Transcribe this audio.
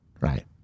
right